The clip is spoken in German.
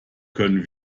könnten